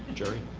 jerry.